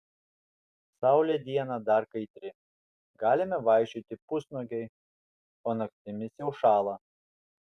saulė dieną dar kaitri galime vaikščioti pusnuogiai o naktimis jau šąla